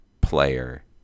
player